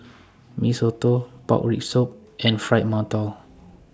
Mee Soto Pork Rib Soup and Fried mantou